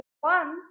one